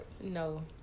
no